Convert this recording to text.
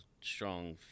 strong